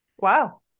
Wow